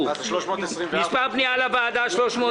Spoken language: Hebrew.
1 פניות 324 עד 335,